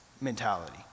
mentality